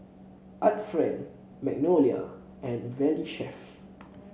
Art Friend Magnolia and Valley Chef